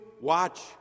watch